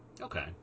okay